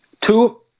Two